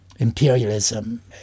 imperialism